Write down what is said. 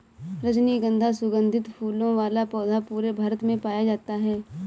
रजनीगन्धा सुगन्धित फूलों वाला पौधा पूरे भारत में पाया जाता है